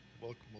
Welcome